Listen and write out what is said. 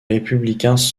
républicains